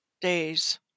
days